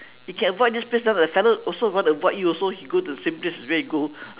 you can avoid this place now the fellow also want to avoid you also he go to the same place as where you go